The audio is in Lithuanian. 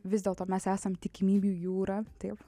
vis dėlto mes esam tikimybių jūra taip